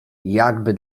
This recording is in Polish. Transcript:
jakby